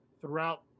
throughout